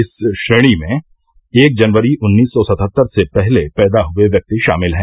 इस श्रेणी में एक जनवरी उन्नीस सौ सतहत्तर से पहले पैदा हुए व्यक्ति शामिल हैं